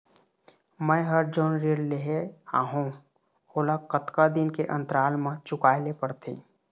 मैं हर जोन ऋण लेहे हाओ ओला कतका दिन के अंतराल मा चुकाए ले पड़ते?